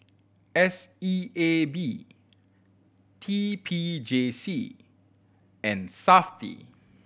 S E A B T P J C and Safti